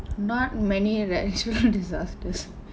not many natural disasters